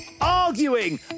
Arguing